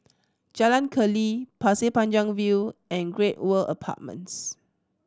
Jalan Keli Pasir Panjang View and Great World Apartments